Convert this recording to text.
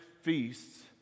feasts